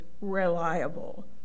reliable